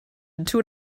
into